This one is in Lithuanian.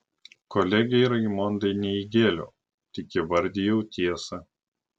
kolegei raimondai ne įgėliau tik įvardijau tiesą